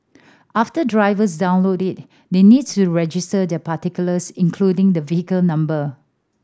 after drivers download it they need to register their particulars including the vehicle number